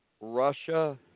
Russia